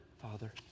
Father